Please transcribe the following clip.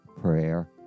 prayer